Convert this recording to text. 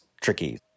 tricky